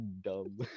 Dumb